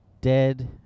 Dead